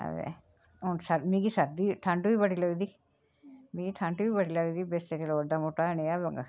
आ ते हून सर मिगी सर्दी ठंड बी बड़ी लगदी मिगी ठंड बी बड़ी लगदी बिस्तर लोड़दा मुट्टा नेहा